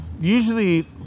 Usually